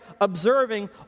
observing